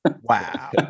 wow